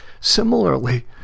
Similarly